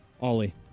ollie